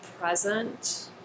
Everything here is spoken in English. present